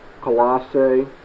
Colossae